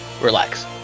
Relax